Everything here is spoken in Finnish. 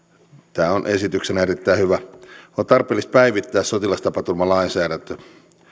tämä on esityksenä erittäin hyvä on tarpeellista päivittää sotilastapaturmalainsäädäntö